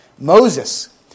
Moses